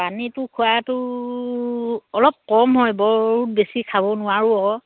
পানীটো খোৱাটো অলপ কম হয় বৰ বেছি খাব নোৱাৰোঁ অঁ